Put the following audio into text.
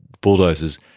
bulldozers